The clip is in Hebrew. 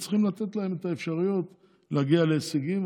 צריכים לתת להם את האפשרויות להגיע להישגים,